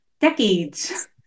decades